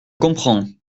comprends